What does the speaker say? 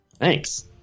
Thanks